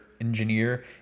engineer